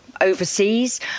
overseas